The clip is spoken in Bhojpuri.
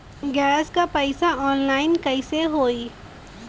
गैस क पैसा ऑनलाइन कइसे होई?